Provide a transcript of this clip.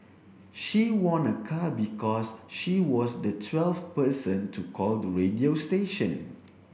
she won a car because she was the twelfth person to call the radio station